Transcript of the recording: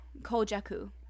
kojaku